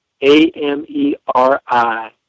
A-M-E-R-I